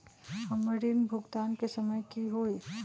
हमर ऋण भुगतान के समय कि होई?